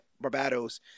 Barbados